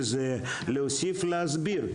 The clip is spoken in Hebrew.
להוסיף ולהסביר,